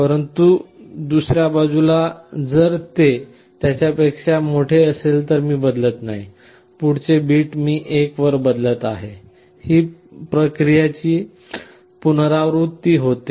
परंतु दुसर्या बाजूला जर ते त्यापेक्षा मोठे असेल तर मी बदलत नाही पुढचे बिट मी 1 वर बदलत आहे आणि ही प्रक्रियाची पुनरावृत्ती होते